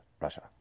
Russia